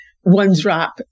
one-drop